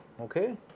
Okay